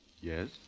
yes